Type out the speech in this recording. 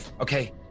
Okay